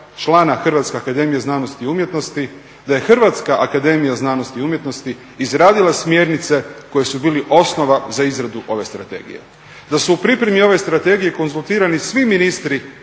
člana Hrvatske akademije znanosti i umjetnosti, da je HAZU izradila smjernice koje su bile osnova za izradu ove strategije, da su u pripremi ove strategije konzultirani svi ministri